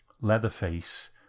Leatherface